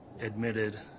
admitted